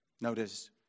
Notice